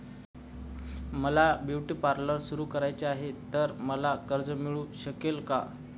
मला beauty parlour सुरू करायचे आहे तर मला कर्ज मिळू शकेल का?